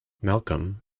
malcolm